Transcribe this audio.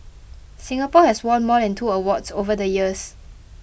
Singapore has won more than two awards over the years